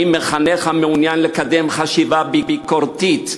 האם מחנך המעוניין לקדם חשיבה ביקורתית,